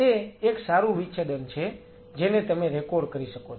તે એક સારૂ વિચ્છેદન છે જેને તમે રેકોર્ડ કરી શકો છો